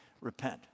Repent